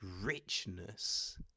richness